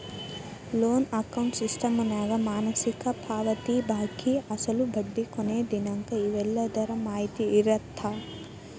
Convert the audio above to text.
loan account ಸ್ಟೇಟಮೆಂಟ್ನ್ಯಾಗ ಮಾಸಿಕ ಪಾವತಿ ಬಾಕಿ ಅಸಲು ಬಡ್ಡಿ ಕೊನಿ ದಿನಾಂಕ ಇವೆಲ್ಲದರ ಮಾಹಿತಿ ಇರತ್ತ